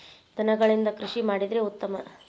ದನಗಳಿಂದ ಕೃಷಿ ಮಾಡಿದ್ರೆ ಉತ್ತಮ